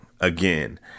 Again